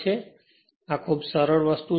તેથી આ ખૂબ જ સરળ વસ્તુ છે